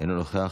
אינו נוכח.